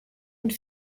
und